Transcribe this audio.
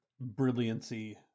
brilliancy